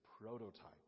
prototype